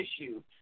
issue